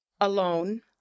alone